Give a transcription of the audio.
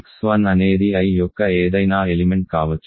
కాబట్టి x1 అనేది I యొక్క ఏదైనా ఎలిమెంట్ కావచ్చు